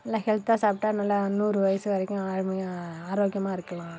நல்ல ஹெல்த்தாக சாப்பிட்டா நல்லா நூறு வயசு வரைக்கும் ஆரோக்கியமாக இருக்கலாம்